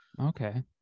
Okay